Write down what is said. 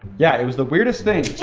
yeah, it was the weirdest thing.